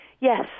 Yes